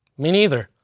mean neither,